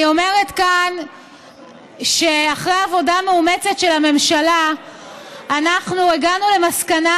אני אומרת כאן שאחרי עבודה מאומצת של הממשלה אנחנו הגענו למסקנה,